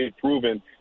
proven